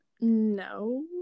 No